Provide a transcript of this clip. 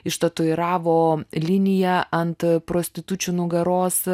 ištatuiravo liniją ant prostitučių nugaros